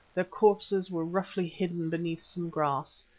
their corpses were roughly hidden beneath some grass,